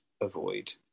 avoid